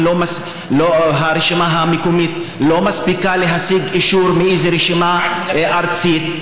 לפעמים הרשימה המקומית לא מספיקה להשיג אישור מאיזו רשימה ארצית.